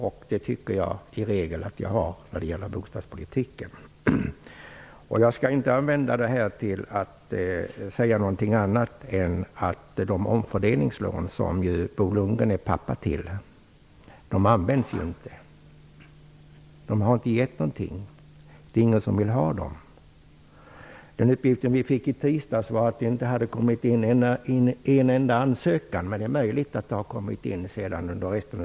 Och det tycker jag i regel att jag har när det gäller bostadspolitiken. Jag skall inte använda den här stunden till att säga någonting annat än att de omfördelningslån som ju Bo Lundgren är pappa till inte används. De har inte gett någonting. Det är ingen som vill ha dem. Uppgiften som vi fick i tisdags var att det inte hade kommit in en enda ansökan, men det är möjligt att det har kommit in någon senare i veckan.